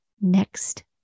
next